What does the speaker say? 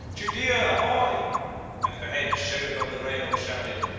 judea, ahoy and if a head showed above the rail shouted,